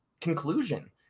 conclusion